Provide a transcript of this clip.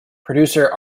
producer